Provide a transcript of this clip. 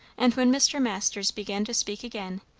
and when mr. masters began to speak again,